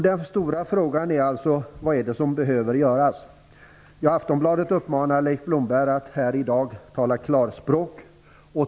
Den stora frågan är alltså: Vad är det som behöver göras? Aftonbladet uppmanar Leif Blomberg att här i dag tala klarspråk.